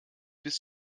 bis